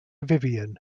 vivian